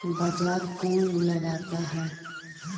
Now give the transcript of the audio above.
बाजार कौन लगाता है?